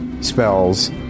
spells